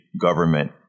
government